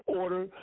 order